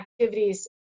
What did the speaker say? activities